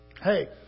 Hey